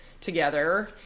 together